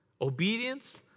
Obedience